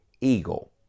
eagle